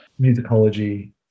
musicology